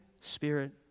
Spirit